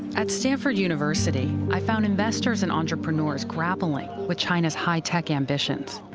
at stanford university, i found investors and entrepreneurs grappling with china's high-tech ambitions.